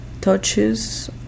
touches